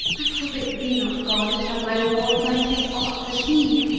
i hope it be not gone to tell my lord that i kiss aught but he.